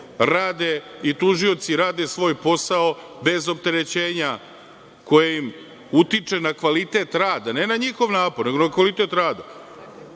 rade i tužioci rade svoj posao bez opterećenja koje im utiče na kvalitet rada, ne na njihov napor, nego na kvalitet